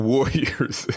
Warriors